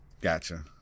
Gotcha